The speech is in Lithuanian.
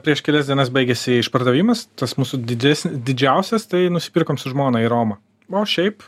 prieš kelias dienas baigėsi išpardavimas tas mūsų dides didžiausias tai nusipirkom su žmona į romą o šiaip